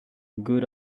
good